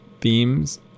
themes